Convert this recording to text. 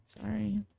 Sorry